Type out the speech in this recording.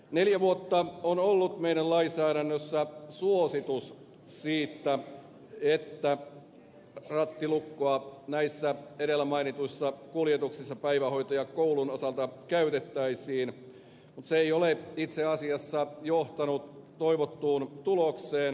neljä vuotta on ollut meidän lainsäädännössä suositus siitä että rattilukkoa näissä edellä mainituissa kuljetuksissa päivähoidon ja koulun osalta käytettäisiin mutta se ei ole itse asiassa johtanut toivottuun tulokseen